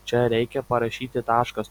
čia reikia parašyti taškas